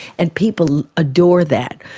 and people adore that.